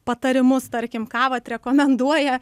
patarimus tarkim ką vat rekomenduoja